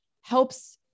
helps